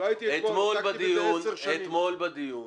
אתמול בדיון